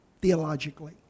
theologically